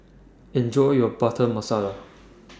Enjoy your Butter Masala